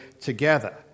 together